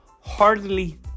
heartily